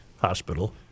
hospital